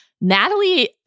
Natalie